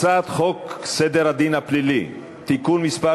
הצעת חוק סדר הדין הפלילי (תיקון מס'